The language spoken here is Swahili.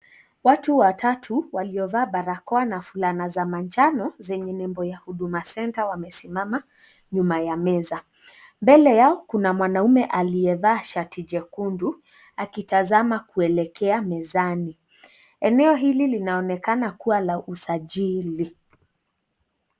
Watu watatu waliovaa barakoa na fulana za manjano zenye nembo ya Huduma Centre wamesimama nyuma ya meza. Mbele yao kuna mwanaume aliyevaa shati jekundu akitazama kuelekea mezani. Eneo hili linaonekana kuwa wa usajili.